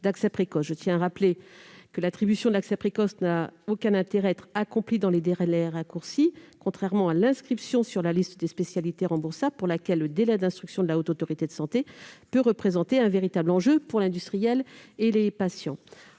Je tiens à rappeler que l'attribution de l'accès précoce n'a aucun intérêt à être accomplie dans des délais raccourcis, contrairement à l'inscription sur la liste des spécialités remboursables, pour laquelle le délai d'instruction par la HAS peut représenter un véritable enjeu, pour l'industriel comme pour les patients.